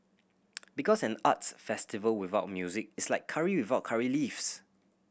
because an arts festival without music is like curry without curry leaves